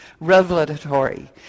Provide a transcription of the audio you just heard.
revelatory